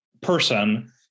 person